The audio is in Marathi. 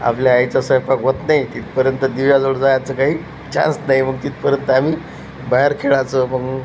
आपल्या आईचा स्वयंपाक होत नाही तिथपर्यंत दिव्याजवळ जायचं काही चान्स नाही मग तिथपर्यंत आम्ही बाहेर खेळायचो मग